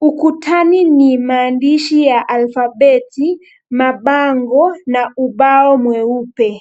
Ukutani ni maandishi ya alfabeti, mabango na ubao mweupe.